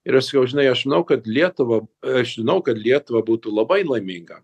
ir aš sakau žinai aš žinau kad lietuva aš žinau kad lietuva būtų labai laiminga